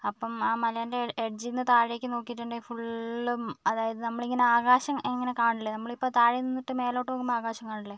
അപ്പം ആ മലേൻറ്റെ എഡ്ജീന്ന് താഴേക്ക് നോക്കിയിട്ടുണ്ടെങ്കിൽ ഫുള്ളും അതായത് നമ്മളെ ഇങ്ങനെ ആകാശം ഇങ്ങനെ കാണില്ലേ നമ്മളിപ്പം താഴെ നിന്നിട്ട് മേലോട്ട് നോക്കുമ്പോൾ ആകാശം കാണില്ലേ